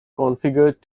configured